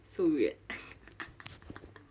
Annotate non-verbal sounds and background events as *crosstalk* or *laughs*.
so weird *laughs*